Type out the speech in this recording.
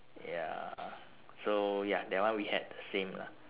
ya so ya that one we had the same lah